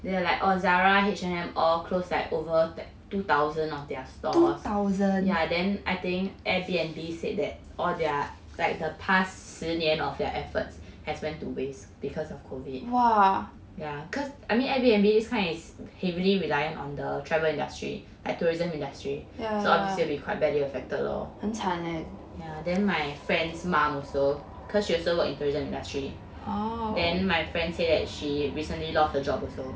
they were like oh Zara H&M all close like over two thousand of their store ya then I think Airbnb said that all their like the past 十年 of their efforts has went to waste because of COVID ya cause I mean Airbnb this kind is heavily reliant on the travel industry like tourism industry so obviously it'll be quite badly affected lor ya then my friend's mom also cause she also work in tourism industry then my friend say that she recently lost her job also